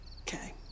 Okay